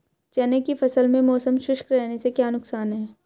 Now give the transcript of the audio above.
चने की फसल में मौसम शुष्क रहने से क्या नुकसान है?